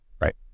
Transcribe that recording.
Right